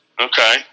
Okay